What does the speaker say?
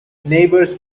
neighbors